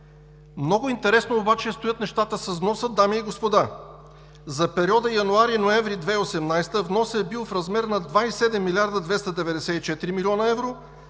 Много интересно стоят обаче нещата с вноса, дами и господа. За периода януари-ноември 2018 г. вносът е бил в размер на 27 млрд. 294 млн. евро,